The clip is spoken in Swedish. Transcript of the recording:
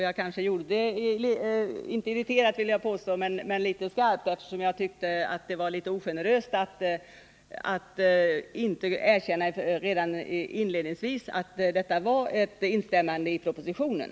Jag kanske gjorde det litet skarpt eftersom jag tyckte att det var ogeneröst att inte redan inledningsvis erkänna att detta var ett instämmande i propositionen.